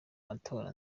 matora